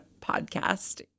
podcast